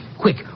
quick